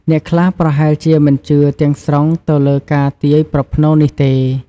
អ្នកខ្លះប្រហែលជាមិនជឿទាំងស្រុងទៅលើការទាយប្រផ្នូលនេះទេ។